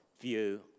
view